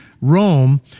Rome